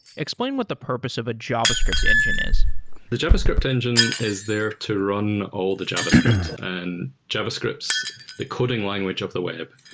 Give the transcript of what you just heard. explain what the purpose of a javascript engine is the javascript engine is there to run all the javascript, and javascript is the coding language of the web.